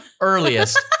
earliest